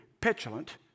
petulant